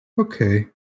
Okay